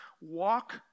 walk